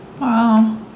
Wow